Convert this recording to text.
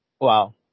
Wow